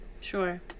Sure